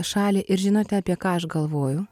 šalį ir žinote apie ką aš galvoju